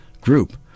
group